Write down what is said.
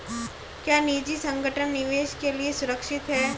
क्या निजी संगठन निवेश के लिए सुरक्षित हैं?